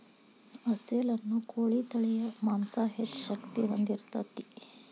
ಅಸೇಲ ಅನ್ನು ಕೋಳಿ ತಳಿಯ ಮಾಂಸಾ ಹೆಚ್ಚ ಶಕ್ತಿ ಹೊಂದಿರತತಿ